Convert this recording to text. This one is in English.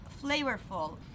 flavorful